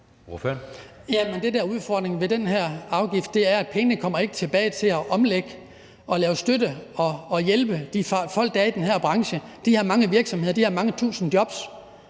udfordringen ved den her afgift, er, at pengene ikke kommer tilbage til at omlægge og støtte og hjælpe de folk, der er i den her branche, de her mange virksomheder, de her mange tusind jobs.